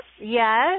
Yes